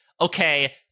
Okay